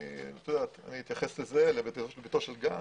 אני אתייחס לביתו של גנץ.